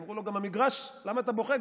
אמרו לו: למה אתה בוכה?